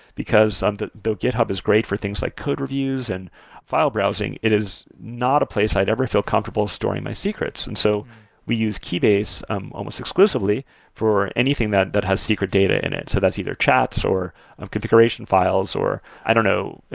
because um the the github is great for things like code reviews and file browsing. it is not a place i'd ever feel comfortable storing my secrets. and so we use keybase um almost exclusively for anything that that has secret data in it, so that's either chats or configuration files, i don't know,